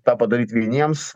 tą padaryt vieniems